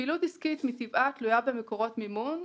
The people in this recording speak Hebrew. פעילות עסקית מטבעה תלויה במקורות מימון.